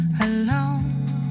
alone